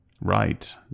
Right